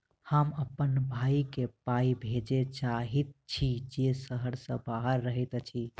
हम अप्पन भयई केँ पाई भेजे चाहइत छि जे सहर सँ बाहर रहइत अछि